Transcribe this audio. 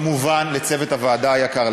כמובן לצוות הוועדה היקר,